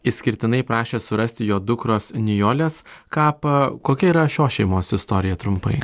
išskirtinai prašė surasti jo dukros nijolės kapą kokia yra šios šeimos istorija trumpai